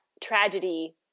tragedy